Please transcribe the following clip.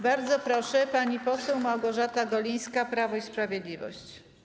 Bardzo proszę, pani poseł Małgorzata Golińska, Prawo i Sprawiedliwość.